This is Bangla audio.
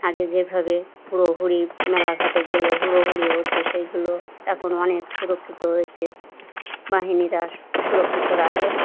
আগে যেভাবে হুঁড়ো হুঁড়ি মেলাঘাটে গেলে হুড়োহুড়ি হতো সেইগুলো এখন অনেক সুরক্ষিত হয়েছে বাহিনীরা সুরক্ষিত রাখেন